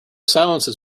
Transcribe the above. silences